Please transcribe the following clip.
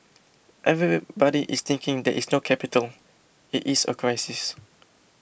everybody is thinking there is no capital it is a crisis